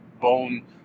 bone